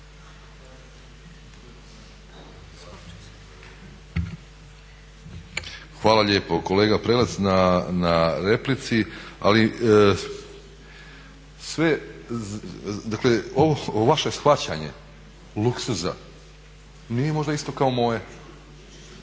Hvala lijepo kolega Prelec na replici. Dakle, ovo vaše shvaćanje luksuza nije možda isto kao moje.